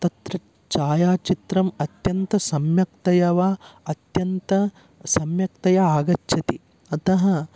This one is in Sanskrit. तत्र छायाचित्रम् अत्यन्तं सम्यक्तया वा अत्यन्तं सम्यक्तया आगच्छति अतः